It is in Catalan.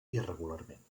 irregularment